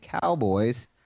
Cowboys